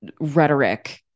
rhetoric